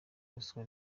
ruswa